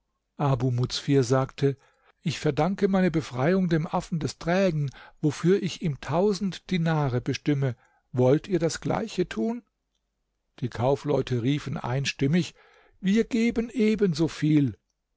muzfir sagte ich verdanke meine befreiung dem affen des trägen wofür ich ihm tausend dinare bestimme wollt ihr das gleiche tun die kaufleute riefen einstimmig wir geben ebenso viel